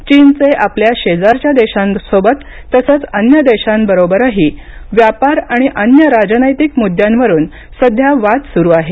चीनचे आपल्या शेजारच्या देशांसोबत तसंच अन्य देशांबरोबरही व्यापार आणि अन्य राजनैतिक मुद्द्यांवरुन सध्या वाद सुरू आहेत